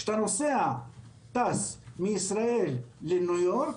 כשאתה טס מישראל לניו יורק,